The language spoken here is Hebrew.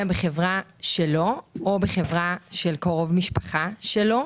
בחברה שלו או בחברה של קרוב משפחה שלו,